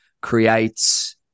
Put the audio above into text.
creates